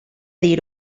dir